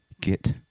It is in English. get